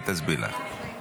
היא תסביר לך.